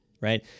right